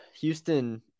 Houston